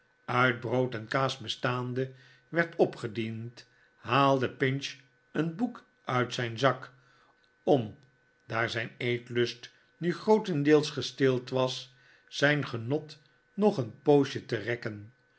uit brood en kaas bestaande werd opgediend haalde pinch een boek uit zijn zak om daar zijneeteetlust nu grootendeels gestild was zijn genot nog een poosje te rekken